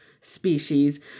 species